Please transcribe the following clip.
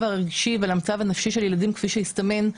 הרגשי ועל המצב הנפשי של ילדים כפי שהסתמן,